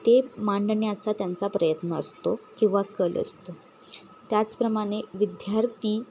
ते मांडण्याचा त्यांचा प्रयत्न असतो किंवा कल असतो त्याचप्रमाणे विद्यार्थी